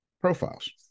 profiles